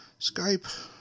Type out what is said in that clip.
Skype